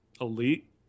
elite